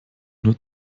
nur